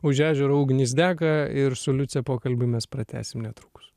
už ežero ugnys dega ir su liuce pokalbį mes pratęsim netrukus